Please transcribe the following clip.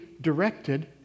directed